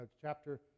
Chapter